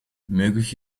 möglich